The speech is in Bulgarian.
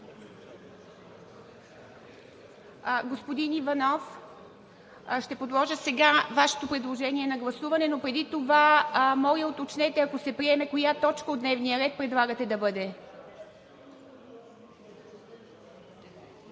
Господин Иванов, сега ще подложа Вашето предложение на гласуване, но преди това моля да уточните, ако се приеме, коя точка от дневния ред предлагате да бъде?